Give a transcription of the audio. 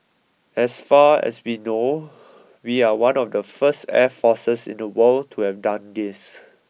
as far as we know we are one of the first air forces in the world to have done this